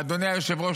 ואדוני היושב-ראש,